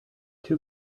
two